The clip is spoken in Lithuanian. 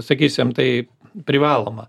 sakysim tai privaloma